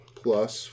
plus